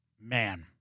Man